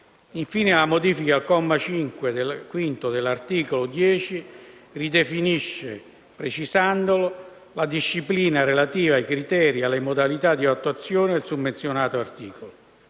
Infine, la modifica al comma 5 dell'articolo 10 ridefinisce, precisandola, la disciplina relativa ai criteri e alle modalità di attuazione del summenzionato articolo.